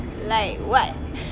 like what